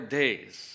days